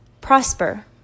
Prosper